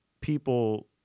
people